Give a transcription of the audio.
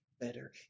better